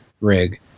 rig